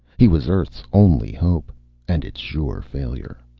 he was earth's only hope and its sure failure!